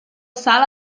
salt